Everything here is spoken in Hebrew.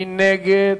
מי נגד?